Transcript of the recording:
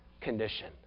condition